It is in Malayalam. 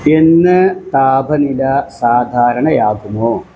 ഇന്ന് താപനില സാധാരണയാകുമോ